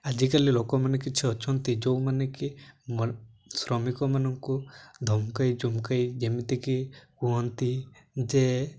ଆଜିକାଲି ଲୋକମାନେ କିଛି ଅଛନ୍ତି ଯେଉଁମାନେ କି ମ ଶ୍ରମିକମାନଙ୍କୁ ଧମକାଇ ଚମକାଇ ଯେମିତିକି କୁହନ୍ତି ଯେ